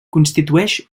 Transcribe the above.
constitueix